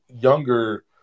younger